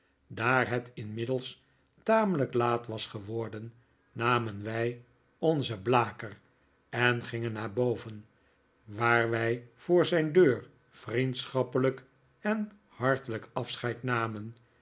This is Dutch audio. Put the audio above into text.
daar het inmiddels tamelijk laat was geworden namen wij onzen blaker en gingen naar boven waar wij voor zijn deur vriendschappelijk en hartelijk afscheid namen